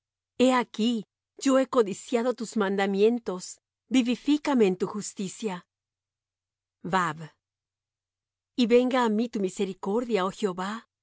he aquí yo he codiciado tus mandamientos vivifícame en tu justicia y venga á mí tu misericordia oh jehová